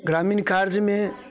ग्रामीण कार्यमे